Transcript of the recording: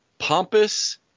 pompous